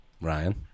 Ryan